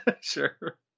Sure